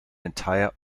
entire